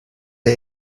der